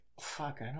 Fuck